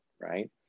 Right